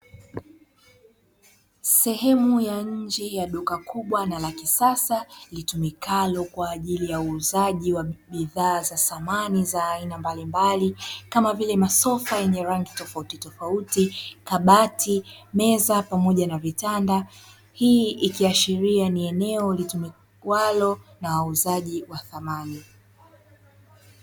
Sehemu ya nje ya duka kubwa na la kisasa litumikalo kwa ajili ya uuzaji wa bidhaa za samani za aina mbalimbali kama vile: masofa yenye rangi tofautitofauti, kabati, meza pamoja na vitanda. Hii ikiashiria ni eneo litumiwalo na wauzaji wa samani.